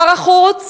שר החוץ